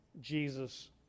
Jesus